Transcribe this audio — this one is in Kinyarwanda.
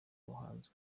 buhanzi